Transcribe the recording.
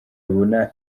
abona